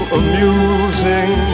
amusing